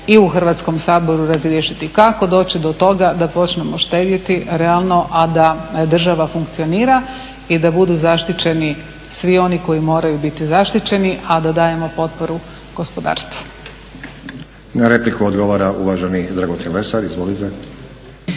i u Hrvatskom saboru razriješiti kako doći do toga da počnemo štedjeti realno, a da država funkcionira i da budu zaštićeni svi oni koji moraju biti zaštićeni, a da dajemo potporu gospodarstvu. **Stazić, Nenad (SDP)** Na repliku odgovara uvaženi Dragutin Lesar, izvolite.